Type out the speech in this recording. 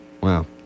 wow